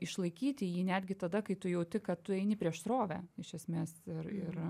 išlaikyti jį netgi tada kai tu jauti kad tu eini prieš srovę iš esmės ir ir